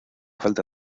falta